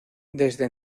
desde